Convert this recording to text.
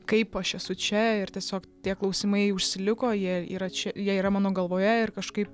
kaip aš esu čia ir tiesiog tie klausimai užsiliko jie yra čia jie yra mano galvoje ir kažkaip